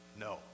No